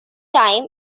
time